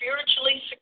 spiritually